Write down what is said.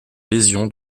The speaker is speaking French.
lésion